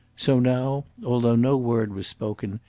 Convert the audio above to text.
so now, although no word was spoken,